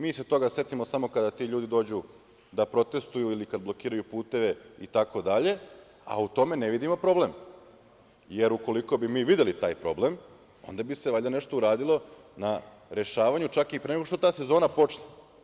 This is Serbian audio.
Mi se toga setimo samo kada ti ljudi dođu da protestvuju ili kada blokiraju puteve itd, a u tome ne vidimo problem, jer ukoliko bi mi videli taj problem, onda bi se valjda nešto uradilo na rešavanju, čak i pre nego što ta sezona počne.